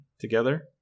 together